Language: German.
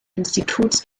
instituts